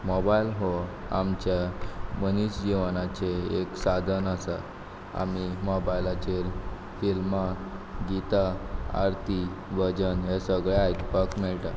mobile हो आमच्या मनीस जिवनांचे एक साधन आसा आमी मोबायलाचेर फिल्मां गितां आरती भजन हे सगळें आयकपाक मेळटा